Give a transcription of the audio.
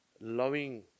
loving